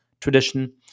tradition